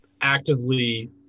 actively